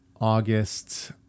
August